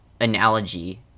analogy